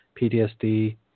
PTSD